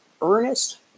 Ernest